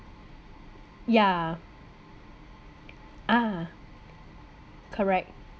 yeah ah correct